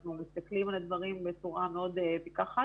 אנחנו מסתכלים על הדברים בצורה מאוד פיכחת